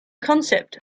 concept